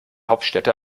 hauptstädte